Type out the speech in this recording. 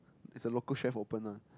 is a local chef open lah